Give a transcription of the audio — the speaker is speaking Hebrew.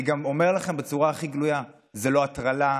אני גם אומר לכם בצורה הכי גלויה: זה לא הטרלה,